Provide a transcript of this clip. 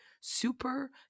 super